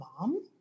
mom